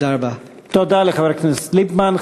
תודה רבה לחבר הכנסת ליפמן.